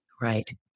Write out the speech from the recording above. Right